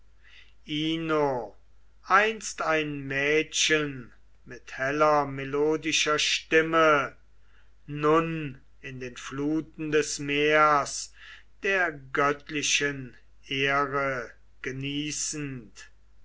einst ein mädchen mit heller melodischer stimme nun in den fluten des meers der göttlichen ehre genießend